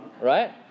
right